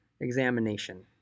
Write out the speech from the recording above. examination